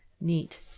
Neat